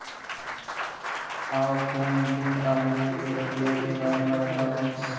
Offline ऋण आवेदन के प्रक्रिया के बारे म बतावव?